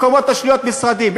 הקומות השניות משרדים,